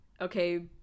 okay